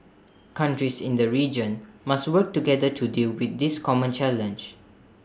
countries in the region must work together to deal with this common challenge